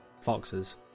foxes